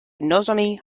nozomi